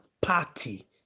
party